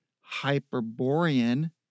Hyperborean